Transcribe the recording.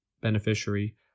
beneficiary